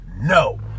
no